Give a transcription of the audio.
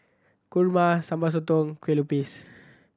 Kurma Sambal Sotong Kueh Lupis